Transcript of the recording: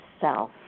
self